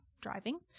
driving